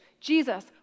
Jesus